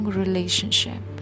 relationship